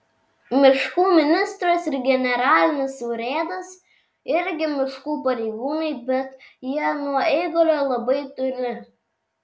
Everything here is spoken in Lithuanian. miškų ministras ir generalinis urėdas irgi miškų pareigūnai bet jie nuo eigulio labai toli